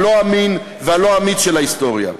הלא-אמין והלא-אמיץ של ההיסטוריה.